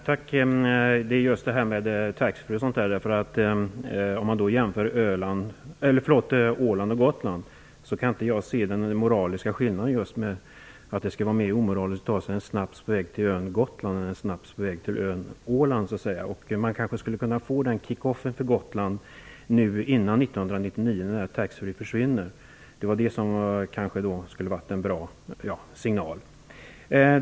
Fru talman! Tack! Det handlar just om taxfreeförsäljningen. Man kan jämföra Gotland med Öland -- förlåt, jag menar Åland. Jag kan inte se den moraliska skillnaden. Jag kan inte förstå att det är mer omoraliskt att ta sig en snaps på väg till ön Gotland än att ta den på väg till ön Åland. Man kanske skulle kunna få till stånd en ''kick off'' för Gotland före 1999, när taxfreeförsäljningen försvinner. Detta skulle kanske ha varit en bra signal.